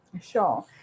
Sure